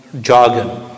jargon